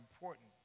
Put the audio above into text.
important